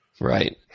Right